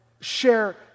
share